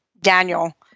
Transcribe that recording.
Daniel